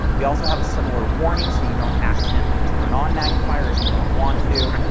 we also have a similar warning, so you don't accidentally turn on magnifier if you don't want to,